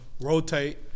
Rotate